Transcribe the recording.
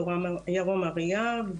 ירון אריאב,